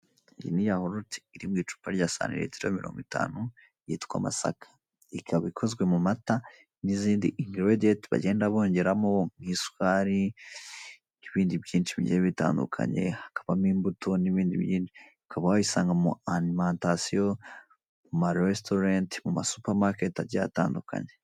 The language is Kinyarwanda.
Iyi ni yahurute iri mu icupa rya santi litiro mirongo itanu yitwa masaka, ikaba ikozwe mu mata n'izindi ingerediyenti bagenda bongeramo isukari n'ibindi byinshi bigiye bitandukanye, hakabamo imbuto n'ibindi, ukaba wayisanga mu ma alimantasiyo, mu maresitorenti, mu ma supamaketi agiye atandukanye.